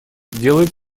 делает